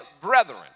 brethren